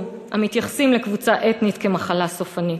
המתייחסים לקבוצה אתנית כלמחלה סופנית.